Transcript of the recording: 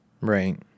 Right